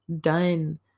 done